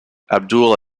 abdul